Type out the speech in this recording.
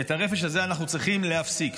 ואת הרפש הזה אנחנו צריכים להפסיק.